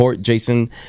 Jason